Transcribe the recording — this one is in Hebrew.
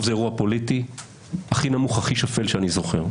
זה אירוע פוליטי הכי נמוך והכי שפל שאני זוכר.